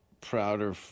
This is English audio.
prouder